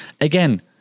Again